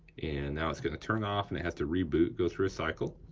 and now it's gonna turn off, and it has to reboot, go through a cycle.